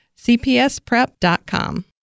cpsprep.com